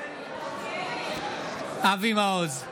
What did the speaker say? אבי מעוז,